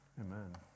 Amen